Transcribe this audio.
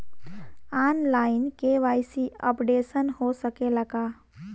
आन line KYC updation हो सकेला का?